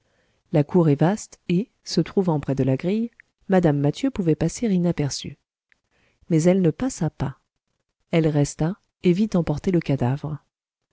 la cour est vaste et se trouvant près de la grille mme mathieu pouvait passer inaperçue mais elle ne passa pas elle resta et vit emporter le cadavre